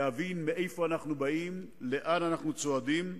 להבין מאיפה אנחנו באים ולאן אנחנו צועדים.